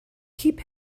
keep